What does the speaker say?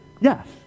Yes